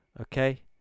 Okay